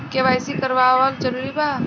KYC करवावल जरूरी बा?